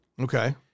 Okay